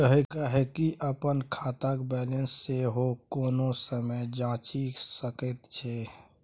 गहिंकी अपन खातक बैलेंस सेहो कोनो समय जांचि सकैत छै